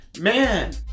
Man